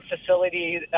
facility